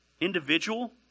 individual